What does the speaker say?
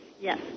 Yes